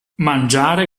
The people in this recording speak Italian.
mangiare